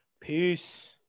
peace